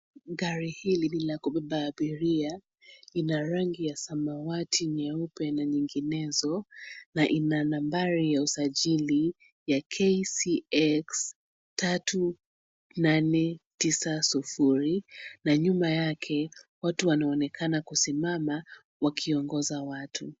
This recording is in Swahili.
Gari hili ni la kubeba abiria. Ina rangi ya samawati, nyeupe na nyinginezo na ina nambari ya usajili ya KCX tatu nane tisa sufuri na nyuma yake watu wanaonekana kusimama wakiongoza watu.